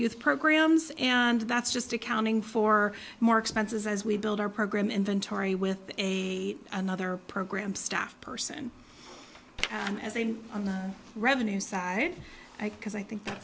youth programs and that's just accounting for more expenses as we build our program inventory with a another program staff person as they move on the revenue side because i think that